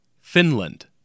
Finland